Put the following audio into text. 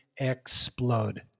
explode